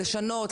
לשנות,